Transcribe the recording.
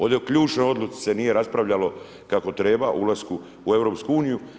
Ovdje u ključnoj odluci se nije raspravljalo kako treba, ulasku u EU.